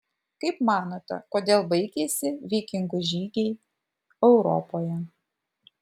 kaip manote kodėl baigėsi vikingų žygiai europoje